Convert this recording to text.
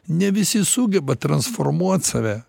ne visi sugeba transformuot save